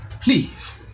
please